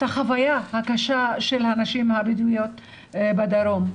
החוויה הקשה של הנשים הבדואיות בדרום.